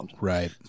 Right